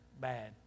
bad